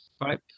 right